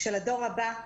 של הדור הבא,